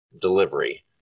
delivery